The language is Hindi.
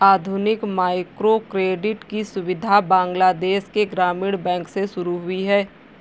आधुनिक माइक्रोक्रेडिट की सुविधा बांग्लादेश के ग्रामीण बैंक से शुरू हुई है